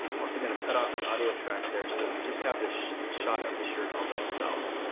also going to cut off the audio track there so that we just have this shot of the shirt all by itself.